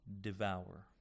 devour